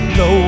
no